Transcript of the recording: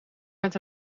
met